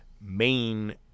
main